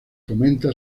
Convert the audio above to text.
fomenta